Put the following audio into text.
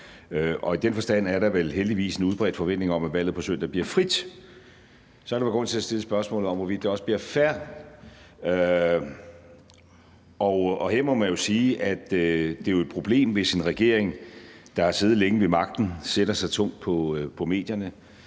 og i den forstand er der vel heldigvis en udbredt forventning om, at valget på søndag bliver frit. Så kan der være grund til at stille spørgsmålet om, hvorvidt det også bliver fair, og her må man sige, at det jo er et problem, hvis en regering, der har siddet længe ved magten, sætter sig tungt på medierne